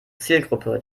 zielgruppe